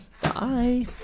Bye